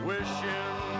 Wishing